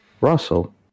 Russell